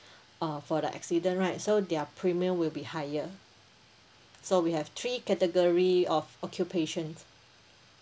uh for the accident right so their premium will be higher so we have three category of occupations